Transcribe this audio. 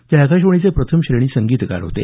ते आकाशवाणीचे प्रथम श्रेणी संगीतकार होते